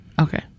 Okay